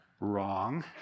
Wrong